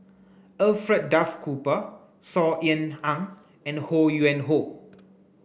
Alfred Duff Cooper Saw Ean Ang and Ho Yuen Hoe